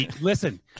listen